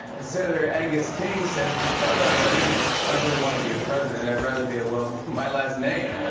and senator angus king said, i thought about running, but i don't really want to be a president. i'd rather be a, well, my last name.